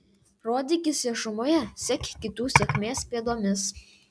rodykis viešumoje sek kitų sėkmės pėdomis